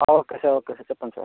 okay sir okay sir చెప్పండి sir